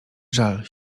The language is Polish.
żal